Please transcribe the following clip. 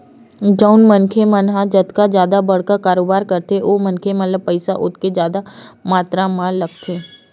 जउन मनखे मन ह जतका जादा बड़का कारोबार करथे ओ मनखे ल पइसा ओतके जादा मातरा म लगथे